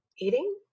eating